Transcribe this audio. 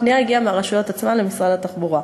הפנייה הגיעה מהרשויות עצמן למשרד התחבורה,